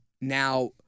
now